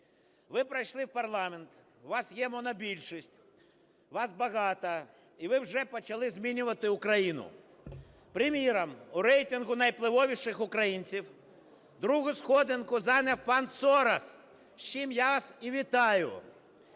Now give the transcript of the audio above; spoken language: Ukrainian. Ви пройшли в парламент, у вас є монобільшість, вас багато, і ви вже почали змінювати Україну. Приміром, у рейтингу найвпливовіших українців другу сходинку зайняв пан Сорос, з чим я вас і вітаю.